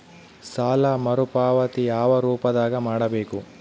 ಸಾಲ ಮರುಪಾವತಿ ಯಾವ ರೂಪದಾಗ ಮಾಡಬೇಕು?